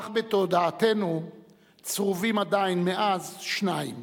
אך בתודעתנו צרובים עדיין מאז שניים: